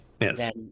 Yes